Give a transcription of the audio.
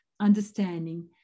understanding